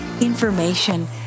information